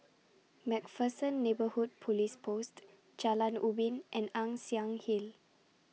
MacPherson Neighbourhood Police Post Jalan Ubin and Ann Siang Hill